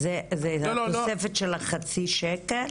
זה התוספת של החצי שקל?